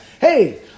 Hey